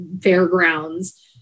fairgrounds